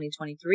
2023